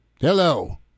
Hello